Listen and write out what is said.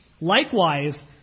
Likewise